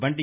பண்டி